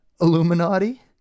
illuminati